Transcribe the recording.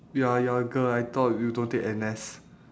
ya you are a girl I thought you don't take N_S